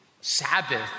Sabbath